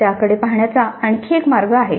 त्याकडे पाहण्याचा आणखी एक मार्ग आहे